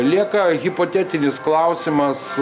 lieka hipotetinis klausimas